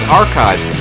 archives